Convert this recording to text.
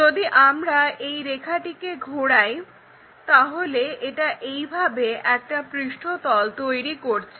যদি আমরা এই রেখাটিকে ঘোরাই তাহলে এটা এইভাবে একটা পৃষ্ঠতল তৈরি করছে